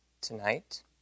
tonight